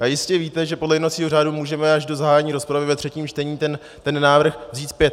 A jistě víte, že podle jednacího řádu můžeme až do zahájení rozpravy ve třetím čtení ten návrh vzít zpět.